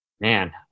man